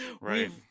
Right